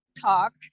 Talk